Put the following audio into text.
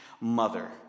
mother